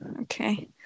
Okay